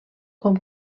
com